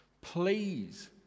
Please